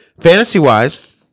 Fantasy-wise